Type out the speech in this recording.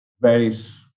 varies